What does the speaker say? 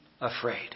Afraid